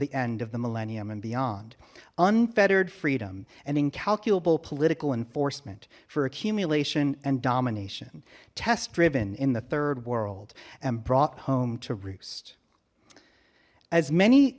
the end of the millennium and beyond unfettered freedom an incalculable political enforcement for accumulation and domination test driven in the third world and brought home to roost as many